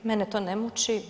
Mene to ne muči.